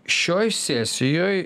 šioj sesijoj